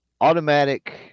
automatic